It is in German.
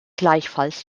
gleichfalls